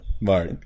Mark